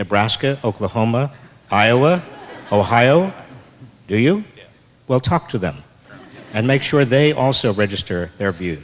the brassica oklahoma iowa ohio do you well talk to them and make sure they also register their view